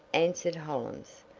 answered hollins,